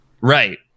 Right